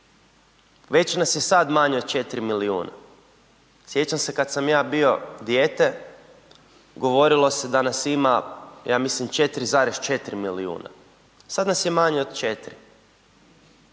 već nas je sad manje od 4 miliuna, sjećam se kad sam ja bio dijete govorilo se da nas ima ja mislim 4,4 milijuna, sad nas je manje od 4,